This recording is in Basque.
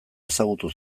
ezagutu